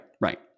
Right